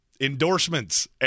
endorsements